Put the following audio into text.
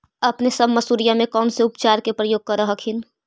अपने सब मसुरिया मे कौन से उपचार के प्रयोग कर हखिन?